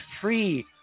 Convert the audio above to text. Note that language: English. free